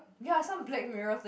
ya some Black Mirror thing